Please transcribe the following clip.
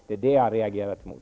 Det är detta jag har reagerat mot.